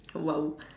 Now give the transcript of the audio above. !wow!